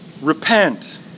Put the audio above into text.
repent